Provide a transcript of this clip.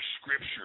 scripture